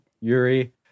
yuri